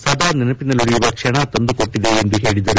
ಸದಾ ನೆನಪಿನಲ್ಲುಳಿಯುವ ಕ್ಷಣ ತಂದುಕೊಟ್ಟದೆ ಎಂದು ಹೇಳಿದರು